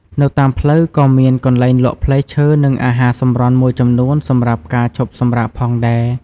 នៅតាមផ្លូវក៏មានកន្លែងលក់ផ្លែឈើនិងអាហារសម្រន់មួយចំនួនសម្រាប់ការឈប់សម្រាកផងដែរ។